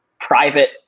private